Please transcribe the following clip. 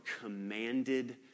commanded